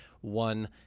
one